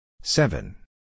Seven